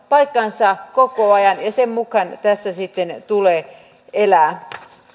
paikkaansa koko ajan ja sen mukaan tässä sitten tulee elää